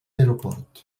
aeroport